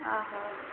ଆଃ